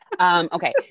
Okay